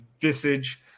visage